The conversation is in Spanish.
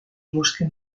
bosque